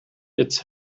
its